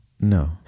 No